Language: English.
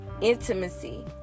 intimacy